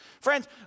Friends